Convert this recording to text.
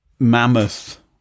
Mammoth